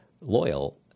loyal